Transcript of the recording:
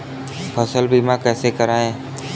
फसल बीमा कैसे कराएँ?